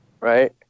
right